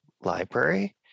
Library